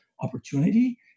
opportunity